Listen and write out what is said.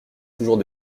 toujours